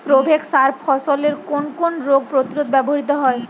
Provex সার ফসলের কোন কোন রোগ প্রতিরোধে ব্যবহৃত হয়?